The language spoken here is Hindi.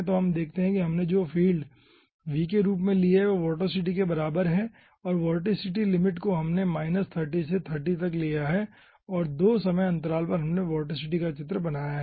तो आप देखते हैं कि हमने जो फील्ड v के रूप में ली है वह वोर्टिसिटी के बराबर है और वोर्टिसिटी लिमिट को हमने 30 से 30 लिया है 2 समय अंतराल पर हमने वोर्टिसिटी का चित्र बनाया है